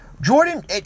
Jordan